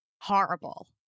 horrible